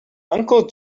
uncle